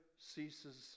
ceases